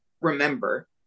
remember